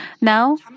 Now